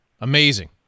Amazing